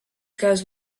goes